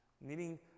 needing